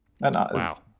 Wow